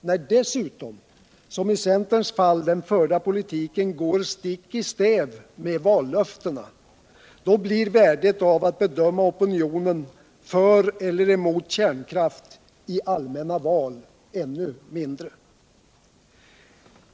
När dessutom, som i centerns fall, den förda politiken går stick i stäv med vallöftena, blir värdet av att bedöma opinionen för eller emot kärnkraft i allmänna val ännu mindre.